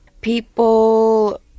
people